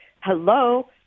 hello